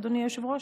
אדוני היושב-ראש?